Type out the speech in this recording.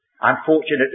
Unfortunately